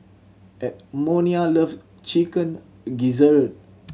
Edmonia loves Chicken Gizzard